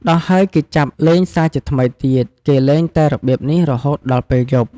ដោះហើយគេចាប់លេងសាជាថ្មីទៀត គេលេងតែរបៀបនេះរហូតដល់ពេលឈប់។